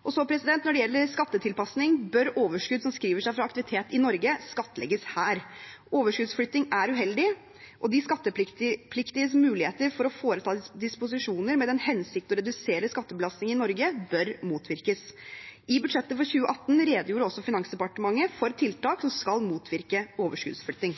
Når det gjelder skattetilpasning, bør overskudd som skriver seg fra aktivitet i Norge, skattlegges her. Overskuddsflytting er uheldig, og de skattepliktiges muligheter for å foreta disposisjoner med den hensikt å redusere skattebelastningen i Norge bør motvirkes. I budsjettet for 2018 redegjorde Finansdepartementet for tiltak som skal motvirke overskuddsflytting.